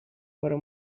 guerra